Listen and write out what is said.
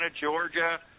Georgia